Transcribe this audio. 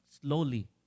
Slowly